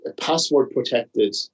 password-protected